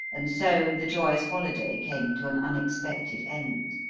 and so the joyous holiday came to an unexpected end.